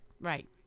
Right